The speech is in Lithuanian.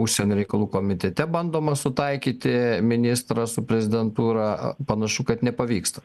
užsienio reikalų komitete bandoma sutaikyti ministrą su prezidentūra panašu kad nepavyksta